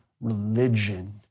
religion